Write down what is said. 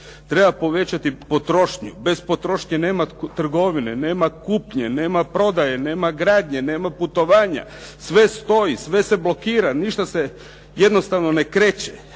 Treba povećati potrošnju. Bez potrošnje nema trgovine, nema kupnje, nema prodaje, nema gradnje, nema putovanja, sve stoji, sve se blokira, ništa se jednostavno ne kreće.